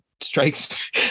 strikes